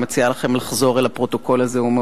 אני מציעה לכם לחזור אל הפרוטוקול ההוא,